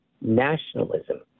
nationalism